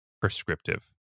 prescriptive